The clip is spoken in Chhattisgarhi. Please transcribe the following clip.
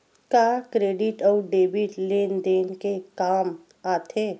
का क्रेडिट अउ डेबिट लेन देन के काम आथे?